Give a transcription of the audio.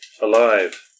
Alive